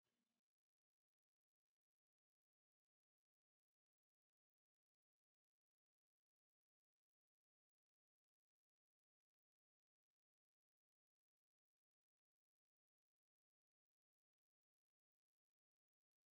Kwenye hii picha tunamwona mfanyikazi amevaa mavazi meupe akimwaga maziwa kwenye chombo kingine cheupe. Nyuma yake kuna mtu ameshikilia chuma amevaa fulana nyekundu.